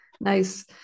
nice